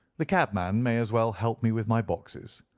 the cabman may as well help me with my boxes.